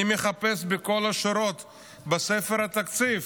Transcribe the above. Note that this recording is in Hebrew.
אני מחפש בכל השורות בספר התקציב